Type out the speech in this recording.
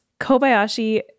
Kobayashi